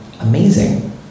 amazing